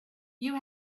you